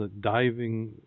diving